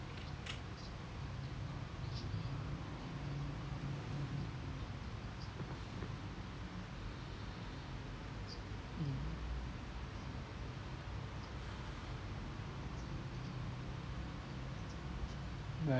mm right